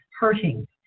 hurting